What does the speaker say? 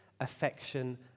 affection